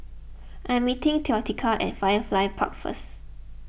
I am meeting theodocia at Firefly Park first